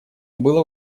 было